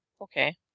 Okay